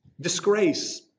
Disgrace